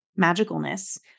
magicalness